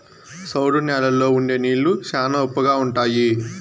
సౌడు న్యాలల్లో ఉండే నీళ్లు శ్యానా ఉప్పగా ఉంటాయి